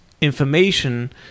information